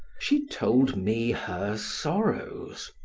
she told me her sorrows,